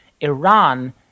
Iran